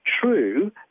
true